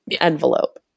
envelope